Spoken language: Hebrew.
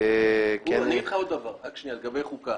לגבי חוקה